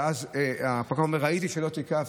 ואז הפקח אומר: ראיתי שלא תיקפתם.